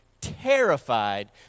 terrified